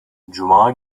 cuma